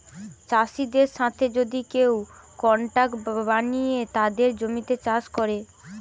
চাষিদের সাথে যদি কেউ কন্ট্রাক্ট বানিয়ে তাদের জমিতে চাষ করে